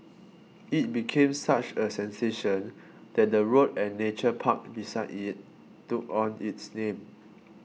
it became such a sensation that the road and nature park beside it took on its name